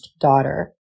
daughter